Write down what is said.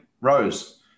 rose